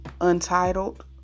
untitled